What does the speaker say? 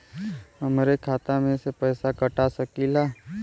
हमरे खाता में से पैसा कटा सकी ला?